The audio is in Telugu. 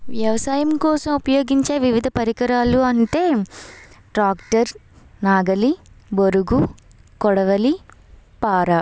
వ్యవసాయం కోసం ఉపయోగించే వివిధ పరికరాలు అంటే ట్రాక్టర్ నాగలి బొరుగు కొడవలి పార